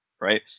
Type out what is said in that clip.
right